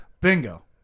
Bingo